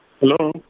Hello